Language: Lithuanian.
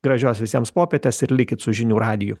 gražios visiems popietės ir likit su žinių radiju